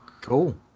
cool